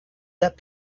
that